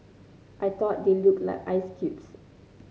I thought they looked like ice cubes